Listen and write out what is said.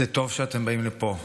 זה טוב שאתם באים לפה.